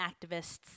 activists